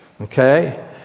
okay